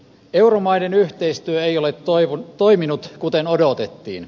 euromaiden yhteistyö ei ole toiminut kuten odotettiin